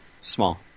Small